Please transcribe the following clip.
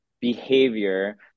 behavior